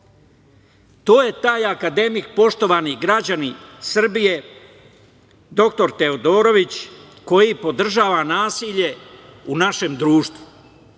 To je taj akademik, poštovani građani Srbije, dr Teodorović, koji podržava nasilje u našem društvu.